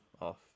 off